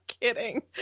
kidding